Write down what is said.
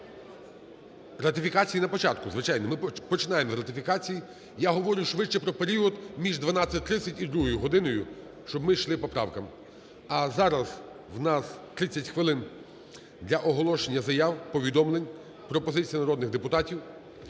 Ратифікації на початку, звичайно. Ми починаємо з ратифікацій. Я говорю швидше про період між 12:30 і 2-ю годиною, щоб ми йшли по правкам. А зараз у нас 30 хвилин для оголошення заяв, повідомлень, пропозицій народних депутатів.